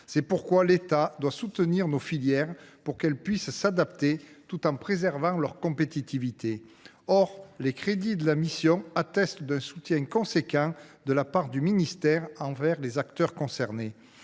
C’est pourquoi l’État doit soutenir nos filières pour qu’elles puissent s’adapter, tout en préservant leur compétitivité. Or les crédits de la mission attestent justement d’un soutien significatif de la part du ministère envers les acteurs concernés.